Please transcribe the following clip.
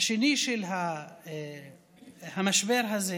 השני של המשבר הזה